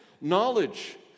knowledge